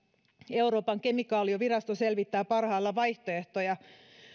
euroopan kemikaalivirasto selvittää parhaillaan vaihtoehtoja